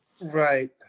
Right